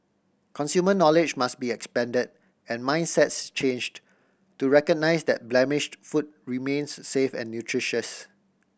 consumer knowledge must be expanded and mindsets changed to recognise that blemished food remains safe and nutritious